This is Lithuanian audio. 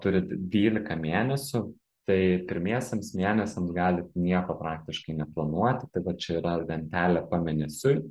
turit dvylika mėnesių tai pirmiesiems mėnesiams galit nieko praktiškai neplanuoti tai vat čia yra lentelė pamėnesiui